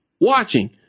watching